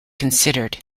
considered